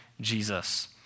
Jesus